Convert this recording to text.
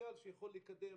פוטנציאל שיכול לקדם